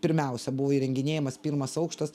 pirmiausia buvo įrenginėjamas pirmas aukštas